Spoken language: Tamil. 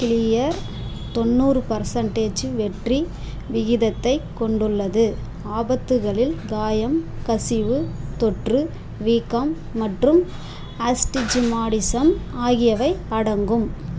கிளியர் தொண்ணூறு பர்சன்டேஜ் வெற்றி விகிதத்தைக் கொண்டுள்ளது ஆபத்துகளில் காயம் கசிவு தொற்று வீக்கம் மற்றும் ஆஸ்டிஜிமாடிசம் ஆகியவை அடங்கும்